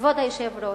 כבוד היושב-ראש,